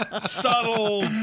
subtle